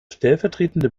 stellvertretende